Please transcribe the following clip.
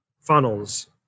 funnels